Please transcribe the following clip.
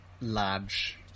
large